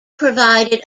provided